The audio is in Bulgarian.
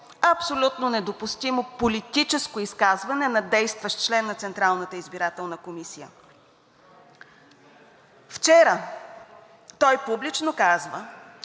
абсолютно недопустимо политическо изказване на действащ член на Централната избирателна комисия. Вчера той публично каза,